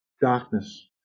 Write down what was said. darkness